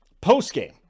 post-game